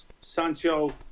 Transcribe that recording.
Sancho